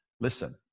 listen